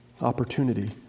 opportunity